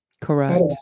Correct